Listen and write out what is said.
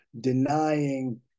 denying